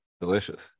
delicious